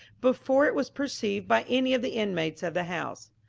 before it was perceived by any of the inmates of the house.